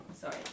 sorry